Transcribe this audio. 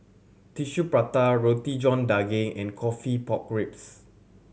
Tissue Prata Roti John Daging and coffee pork ribs